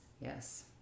Yes